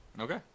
Okay